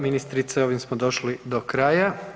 Ministrice ovim smo došli do kraja.